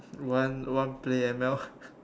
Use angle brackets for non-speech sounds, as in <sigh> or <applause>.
want want to play M_L <laughs>